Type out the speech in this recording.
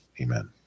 Amen